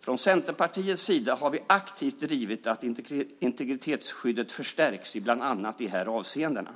Från Centerpartiets sida har vi aktivt drivit att integritetsskyddet förstärks i bland annat de här avseendena.